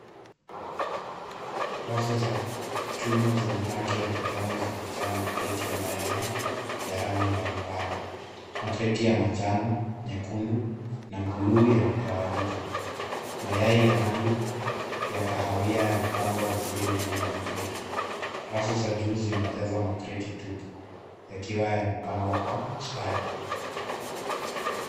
Rafu za chuma zenye rangi ya kijani zimejaa kreti za mayai ya rangi mbalimbali. Makreti ya manjano, nyekundu na bluu yametawanyika. Mayai ya rangi ya kahawia yamepangwa vizuri ndani ya makreti. Rafu za juu zimejazwa makreti tupu yakiwa yamepangwa kwa ustadi.